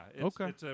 okay